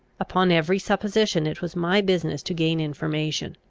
upon every supposition, it was my business to gain information.